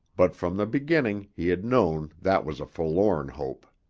but from the beginning he had known that was a forlorn hope.